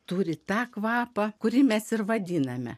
turi tą kvapą kurį mes ir vadiname